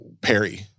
Perry